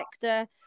sector